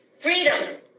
Freedom